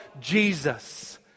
Jesus